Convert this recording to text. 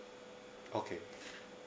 okay